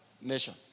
nation